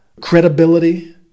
credibility